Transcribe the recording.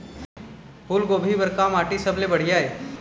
फूलगोभी बर का माटी सबले सबले बढ़िया ये?